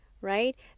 right